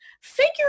Figure